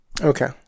Okay